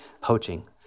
poaching